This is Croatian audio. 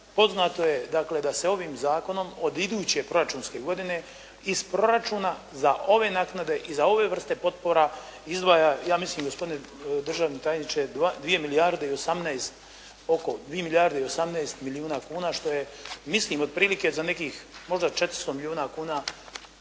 poznato je dakle da se ovim zakonom od iduće proračunske godine iz proračuna za ove naknade i za ove vrste potpora izdvaja, ja mislim gospodine državni tajniče, oko 2 milijarde i 18 milijuna kuna, što je mislim otprilike za nekih možda 400 milijuna kuna,